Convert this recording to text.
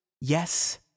yes